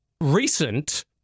Recent